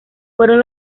fueron